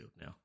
now